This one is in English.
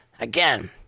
again